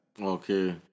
Okay